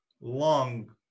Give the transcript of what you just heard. long